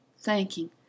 thanking